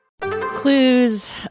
Clues